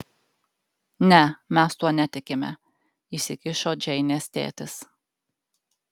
ne mes tuo netikime įsikišo džeinės tėtis